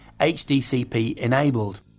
HDCP-enabled